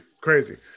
Crazy